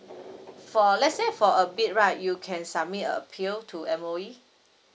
for let's say for a bit right you can submit appeal to M_O_E